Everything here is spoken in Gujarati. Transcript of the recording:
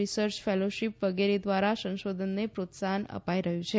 રીસર્ચ ફેલોશીપ વિગેરે ધ્વારા સંશોધનને પ્રોત્સાફન અપાઇ રહયું છે